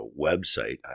website